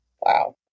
wow